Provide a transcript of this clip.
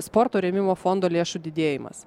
sporto rėmimo fondo lėšų didėjimas